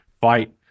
fight